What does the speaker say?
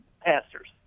pastors